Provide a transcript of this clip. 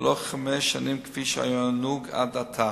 ולא חמש שנים כפי שהיה נהוג עד עתה.